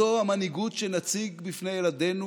זו המנהיגות שנציג בפני ילדינו?